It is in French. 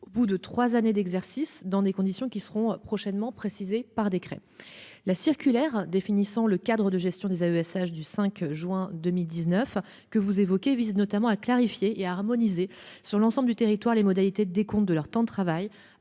au bout de 3 années d'exercice dans des conditions qui seront prochainement précisées par décret la circulaire définissant le cadre de gestion des AESH du 5 juin 2019 que vous évoquez vise notamment à clarifier et harmoniser sur l'ensemble du territoire, les modalités de décompte de leur temps de travail